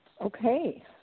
Okay